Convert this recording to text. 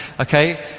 okay